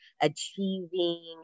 achieving